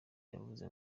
yavuze